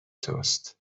توست